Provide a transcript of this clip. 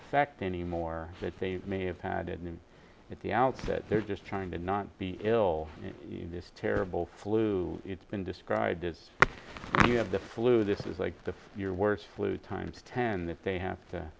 effect anymore that they may have had him at the outset they're just trying to not be ill in this terrible flu it's been described as you have the flu this is like the your worst flu times ten that they have to